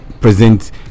present